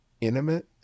intimate